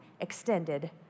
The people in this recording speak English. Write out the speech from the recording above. extended